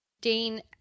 Dean